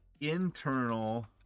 internal